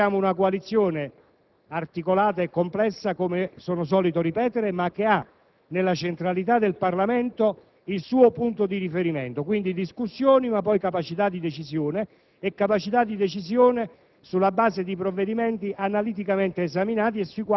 del Parlamento da parte di questa maggioranza. Siamo una coalizione articolata e complessa - come sono solito ripetere - ma che ha nella centralità del Parlamento il suo punto di riferimento: quindi, discussioni, ma poi capacità di decisione sulla base